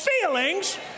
feelings